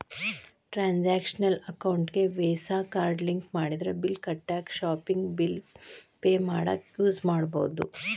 transactional ಅಕೌಂಟಿಗಿ Visa card link ಮಾಡಿದ್ರ bill ಕಟ್ಟಾಕ ಶಾಪಿಂಗ್ ಬಿಲ್ ಪೆ ಮಾಡಾಕ ಯೂಸ್ ಮಾಡಬೋದು